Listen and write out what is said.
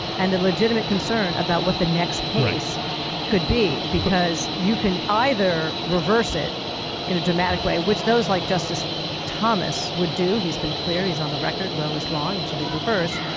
and the legitimate concern about what the next case could be, because you can either reverse it in a dramatic way, which those like justice thomas would do. he's been clear, he's on the record, roe is wrong and should be reversed.